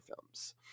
films